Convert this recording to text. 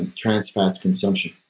trans fats consumption.